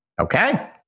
Okay